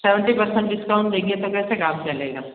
seventy percent discount देंगे तो कैसे काम चलेगा